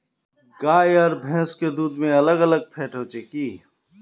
गाय आर भैंस के दूध में अलग अलग फेट होचे की?